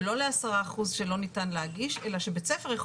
ולא ל-10% שלא ניתן להגיש אלא שבית ספר יכול